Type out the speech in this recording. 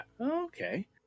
Okay